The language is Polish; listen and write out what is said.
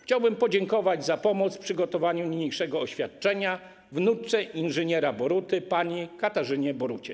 Chciałbym podziękować za pomoc w przygotowaniu niniejszego oświadczenia wnuczce inżyniera Boruty pani Katarzynie Borucie.